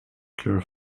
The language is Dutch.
kleur